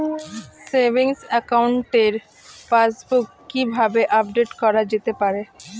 Savings একাউন্টের passbook কি কিভাবে আপডেট করা যেতে পারে?